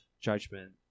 judgment